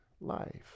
life